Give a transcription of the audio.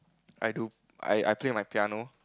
I do I play my piano